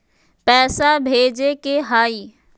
पैसा भेजे के हाइ?